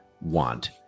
want